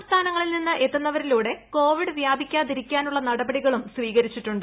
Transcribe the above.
സംസ്ഥാനങ്ങളിൽ നിന്ന് എത്തുന്നവരിലൂടെ മറ് കോവിഡ് വ്യാപിക്കാതിരിക്കാനുള്ള നടഷ്ട്രീകളും സ്വീകരിച്ചിട്ടുണ്ട്